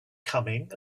coming